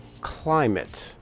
climate